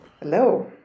Hello